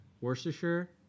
worcestershire